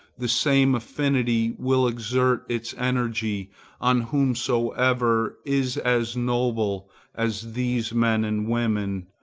the same affinity will exert its energy on whomsoever is as noble as these men and women,